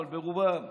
אבל ברובם,